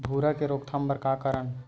भूरा के रोकथाम बर का करन?